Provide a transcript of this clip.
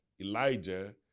elijah